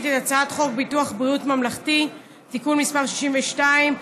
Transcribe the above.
את הצעת חוק ביטוח בריאות ממלכתי (תיקון מס' 62),